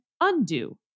undo